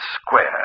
Square